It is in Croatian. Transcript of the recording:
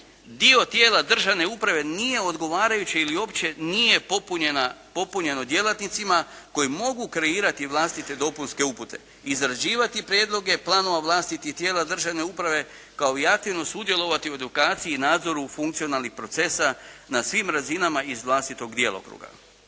dio tijela državne uprave nije odgovarajuće ili uopće nije popunjeno djelatnicima koji mogu kreirati vlastite dopunske upute, izrađivati prijedloge planova vlastitih tijela državne uprave kao i aktivno sudjelovati u edukaciji i nadzoru funkcionalnih procesa na svim razinama iz vlastitog djelokruga.